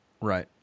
Right